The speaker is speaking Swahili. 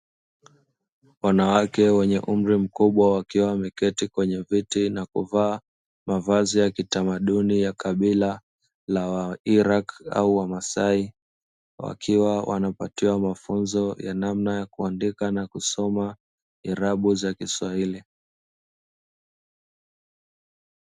Wanawake wenye umri mkubwa wakiwa wameketi kwenye viti na kuvaa mavazi ya kiutamaduni ya kabila la wairaki au wamasai. Wakiwa wanapatiwa mafunzo ya namna ya kuandika na kusoma irabu za kiswahili.